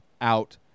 out